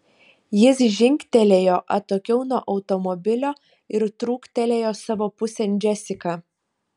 jis žingtelėjo atokiau nuo automobilio ir truktelėjo savo pusėn džesiką